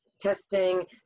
testing